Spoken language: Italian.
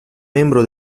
membro